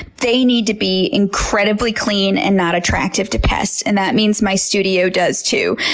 they need to be incredibly clean and not attractive to pests. and that means my studio does too.